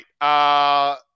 right